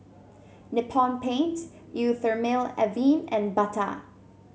Nippon Paint Eau Thermale Avene and Bata